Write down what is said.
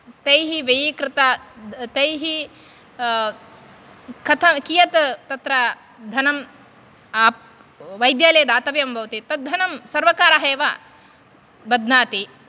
तैः व्ययिकृत तैः कत कियत् तत्र धनं वैद्यालये दातव्यं भवति तत् धनं सर्वकारः एव बध्नाति